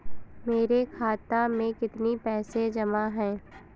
मेरे खाता में कितनी पैसे जमा हैं?